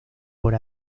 por